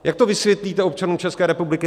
Jak to vysvětlíte občanům České republiky?